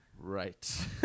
Right